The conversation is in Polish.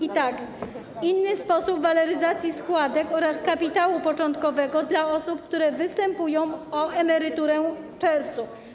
I tak, inny sposób waloryzacji składek oraz kapitału początkowego dla osób, które występują o emeryturę w czerwcu.